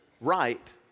right